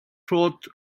trot